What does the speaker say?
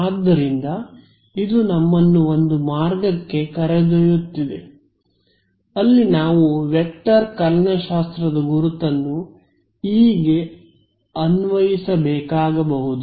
ಆದ್ದರಿಂದ ಇದು ನಮ್ಮನ್ನು ಒಂದು ಮಾರ್ಗಕ್ಕೆ ಕರೆದೊಯ್ಯುತ್ತಿದೆ ಅಲ್ಲಿ ನಾವು ವೆಕ್ಟರ್ ಕಲನಶಾಸ್ತ್ರದ ಗುರುತನ್ನು E ಗೆ ಅನ್ವಯಿಸಬೇಕಾಗಬಹುದು